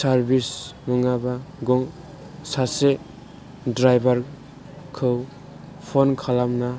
service नङाबा सासे driver खौ फ'न खालामना